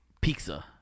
pizza